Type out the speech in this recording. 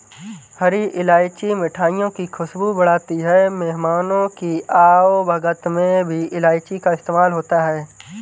हरी इलायची मिठाइयों की खुशबू बढ़ाती है मेहमानों की आवभगत में भी इलायची का इस्तेमाल होता है